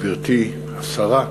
גברתי השרה,